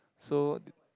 so